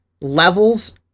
levels